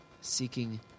seeking